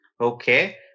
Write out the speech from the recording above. Okay